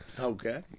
Okay